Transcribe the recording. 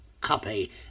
copy